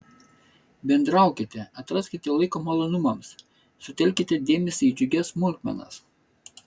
bendraukite atraskite laiko malonumams sutelkite dėmesį į džiugias smulkmenas